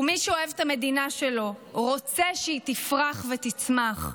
מי שאוהב את המדינה שלו, רוצה שהיא תפרח ותצמח.